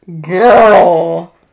Girl